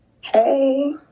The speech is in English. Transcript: Hey